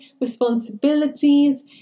responsibilities